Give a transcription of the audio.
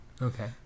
Okay